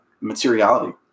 materiality